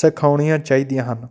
ਸਿਖਾਉਣੀਆਂ ਚਾਹੀਦੀਆਂ ਹਨ